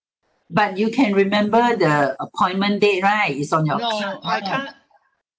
but you can remember the appointment date right is on your